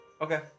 Okay